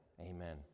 amen